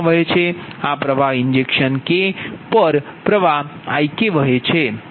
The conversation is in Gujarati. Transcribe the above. આ પ્ર્વાહ ઈન્જેક્શન K બસ પર પ્ર્વાહ Ik છે